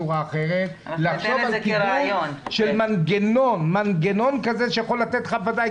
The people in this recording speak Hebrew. לחשוב על קידום של מנגנון כזה שיכול לתת אינדיקציה.